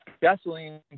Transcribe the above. Gasoline